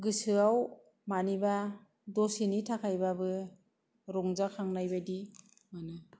गोसोाव मानिबा दसेनि थाखायबाबो रंजाखांनायबादि मोनो